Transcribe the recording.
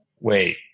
wait